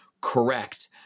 correct